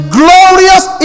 glorious